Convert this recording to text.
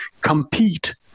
compete